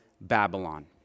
Babylon